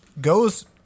goes